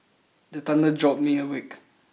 the thunder jolt me awake